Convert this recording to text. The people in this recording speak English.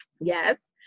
yes